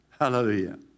Hallelujah